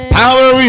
power